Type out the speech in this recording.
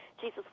Jesus